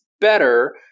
better